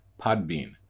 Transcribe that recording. Podbean